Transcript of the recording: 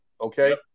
okay